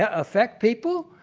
ah affect people?